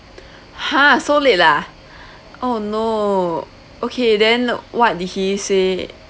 !huh! so late ah oh no okay then what did he say